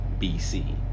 BC